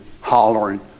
hollering